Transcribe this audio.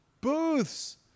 booths